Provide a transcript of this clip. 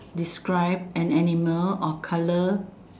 describe an animal or color